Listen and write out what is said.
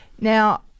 Now